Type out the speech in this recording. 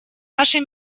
нашей